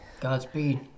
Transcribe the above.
Godspeed